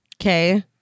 Okay